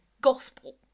gospel